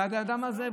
והאדם הזה,